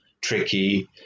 Tricky